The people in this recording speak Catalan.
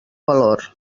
valor